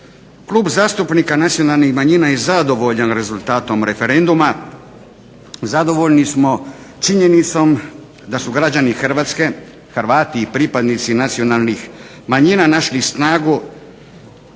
Klub zastupnika Nacionalnih manjina je zadovoljan rezultatom referenduma, zadovoljni smo činjenicom da su građani Hrvatske, Hrvati i pripadnici nacionalnih manjina našli snagu